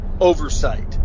oversight